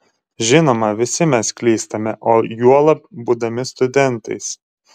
žinoma visi mes klystame o juolab būdami studentais